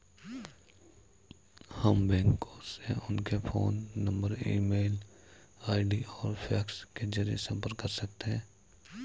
हम बैंकों से उनके phone number email ID और फैक्स के जरिए संपर्क कर सकते हैं